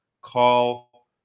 Call